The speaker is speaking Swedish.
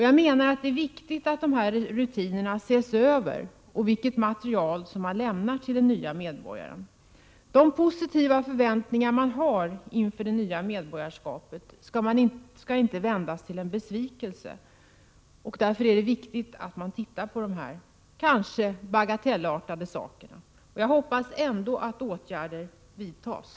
Jag menar att det är angeläget att se över dessa rutiner liksom det material som lämnas till den nya medborgaren. De positiva förväntningar man har inför det nya medborgarskapet skall inte vändas till en besvikelse. Därför är det viktigt att se över dessa, kanske bagatellartade, saker. Jag hoppas ändå att åtgärder vidtas.